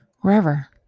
wherever